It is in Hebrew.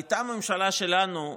הייתה הממשלה שלנו,